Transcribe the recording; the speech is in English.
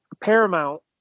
paramount